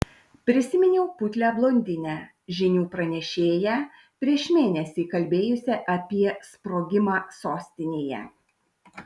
prisiminiau putlią blondinę žinių pranešėją prieš mėnesį kalbėjusią apie sprogimą sostinėje